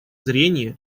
зрения